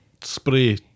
spray